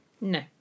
No